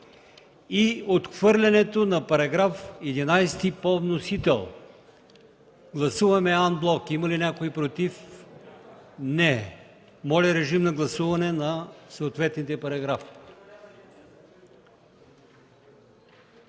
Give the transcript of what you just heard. и отхвърлянето на § 11 по вносител. Гласуваме анблок. Има ли някой против? Не. Моля, режим на гласуване на съответните параграфи.